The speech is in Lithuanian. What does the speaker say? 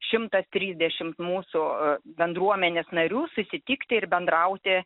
šimtas trisdešim mūsų bendruomenės narių susitikti ir bendrauti